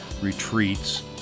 retreats